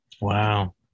Wow